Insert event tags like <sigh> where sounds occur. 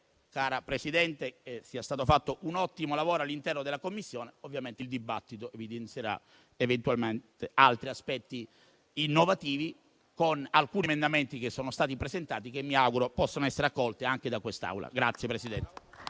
ritengo sia stato fatto un ottimo lavoro all'interno della Commissione. Ovviamente la discussione evidenzierà eventualmente altri aspetti innovativi, con alcuni emendamenti che sono stati presentati e che mi auguro possano essere accolti anche dall'Assemblea. <applause>